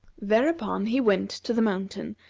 thereupon he went to the mountain,